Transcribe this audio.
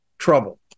Trouble